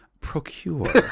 procure